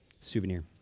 Souvenir